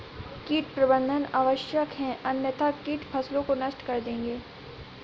कीट प्रबंधन आवश्यक है अन्यथा कीट फसलों को नष्ट कर देंगे